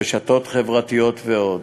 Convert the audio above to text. רשתות חברתיות ועוד.